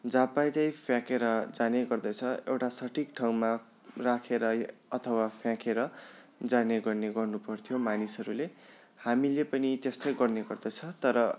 जहाँ पायो त्यहीँ फ्याँकेर जाने गर्दछ एउटा सठिक ठाउँमा राखेर अथवा फ्याँकेर जाने गर्ने गर्नुपर्थ्यो मानिसहरूले हामीले पनि त्यस्तै गर्ने गर्दछ तर